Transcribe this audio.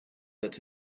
that